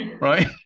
right